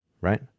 right